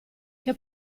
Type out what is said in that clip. che